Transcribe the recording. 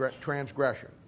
transgression